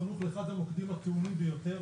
סמוך לאחד המוקדים הטעונים ביותר,